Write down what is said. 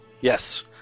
Yes